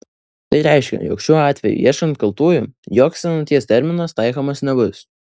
tai reiškia jog šiuo atveju ieškant kaltųjų joks senaties terminas taikomas nebus